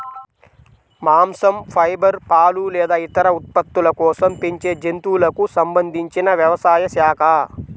మాంసం, ఫైబర్, పాలు లేదా ఇతర ఉత్పత్తుల కోసం పెంచే జంతువులకు సంబంధించిన వ్యవసాయ శాఖ